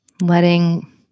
Letting